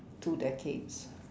two decades